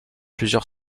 plusieurs